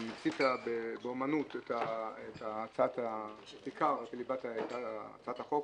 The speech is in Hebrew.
אתה מיצית באומנות את ליבת הצעת החוק,